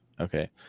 Okay